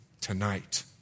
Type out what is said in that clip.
tonight